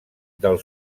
del